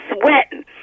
sweating